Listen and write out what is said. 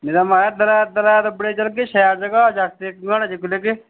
नेईं तां महाराज दराड़ दराड़ दब्बड़ै चलगे शैल जगह् जागत इक कनाड़ै चुक्की लैगे